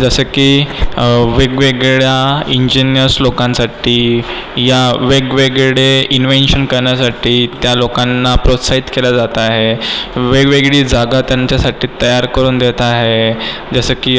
जसं की वेगवेगळ्या इंजीनियर्स लोकांसाठी या वेगवेगळे इन्वेन्शन करण्यासाठी त्या लोकांना प्रोत्साहित केलं जात आहे वेगवेगळी जागा त्यांच्यासाठी तयार करून देत आहे जसं की